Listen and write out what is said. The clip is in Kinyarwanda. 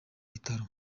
bitaro